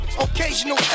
Occasional